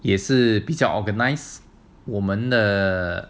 也是比较 organise 我们的